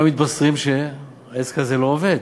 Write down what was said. אנו מתבשרים שהעסק הזה לא עובד.